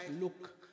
look